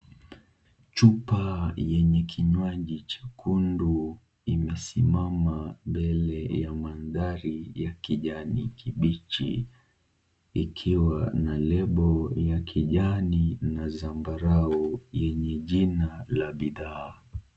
Chupa yenye kinywaji chekundu imesimama mbele ya maandhari ya kijani kibichi ikiwa na label ya kijani na zambarau yenye jina ya bidhaa.